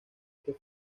que